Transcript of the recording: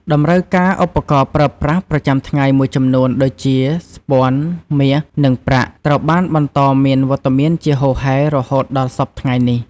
តម្រូវការឧបករណ៍ប្រើប្រាស់ប្រចាំថ្ងៃមួយចំនួន ដូចជា ស្ពាន់ មាស និងប្រាក់ត្រូវបានបន្តមានវត្តមានជាហូរហែររហូតដល់សព្វថ្ងៃនេះ។